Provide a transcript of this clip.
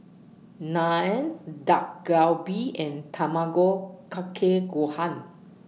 Naan Dak Galbi and Tamago Kake Gohan